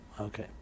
Okay